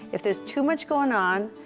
if there is too much going on,